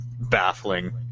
baffling